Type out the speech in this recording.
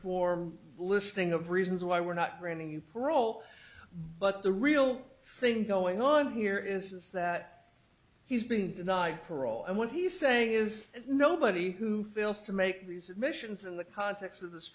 form listing of reasons why we're not granting you parole but the real thing going on here is that he's been denied parole and what he's saying is nobody who fails to make these admissions in the context of this